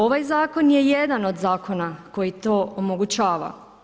Ovaj zakon je jedan od zakona koji to omogućava.